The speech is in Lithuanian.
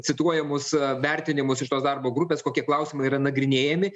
cituojamus vertinimus iš tos darbo grupės kokie klausimai yra nagrinėjami